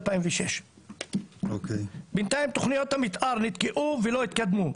2006. בינתיים תוכניות המתאר נתקעו ולא התקדמו.